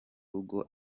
rugo